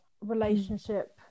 relationship